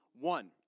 one